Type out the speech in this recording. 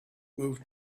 moved